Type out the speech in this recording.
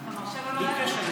בלי קשר,